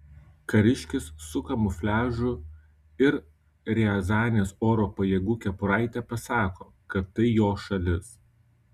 kariškis su kamufliažu ir riazanės oro pajėgų kepuraite pasako kad tai jo šalis